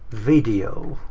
video.